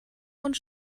und